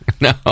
No